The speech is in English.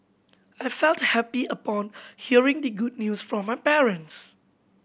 I felt happy upon hearing the good news from my parents